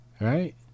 Right